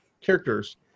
characters